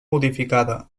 modificada